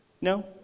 No